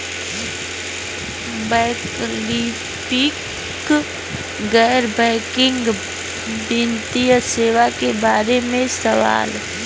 वैकल्पिक गैर बैकिंग वित्तीय सेवा के बार में सवाल?